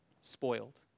spoiled